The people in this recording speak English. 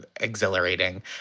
exhilarating